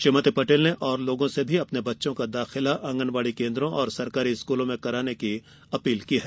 श्रीमती पटेल ने लोगों से भी अपने बच्चों का दाखिला आंगनबाड़ी केंद्रों और सरकारी स्कूलों में कराने की अपील की है